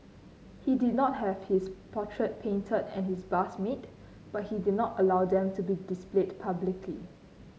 he did not have his portrait painted and his bust made but he did not allow them to be displayed publicly